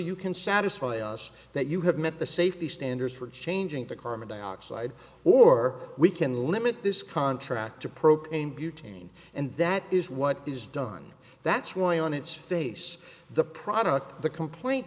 you can satisfy us that you have met the safety standards for changing the karma dioxide or we can limit this contract to propane butane and that is what is done that's why on its face the product the complaint